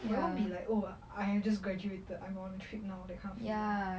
but wouldn't be like oh I have just graduated I'm on a trip now that kind of thing